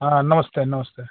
हाँ नमस्ते नमस्ते